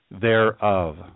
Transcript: thereof